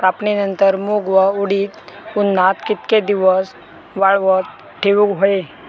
कापणीनंतर मूग व उडीद उन्हात कितके दिवस वाळवत ठेवूक व्हये?